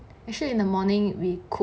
actually in the morning we cook